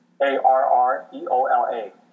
A-R-R-E-O-L-A